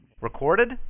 Recorded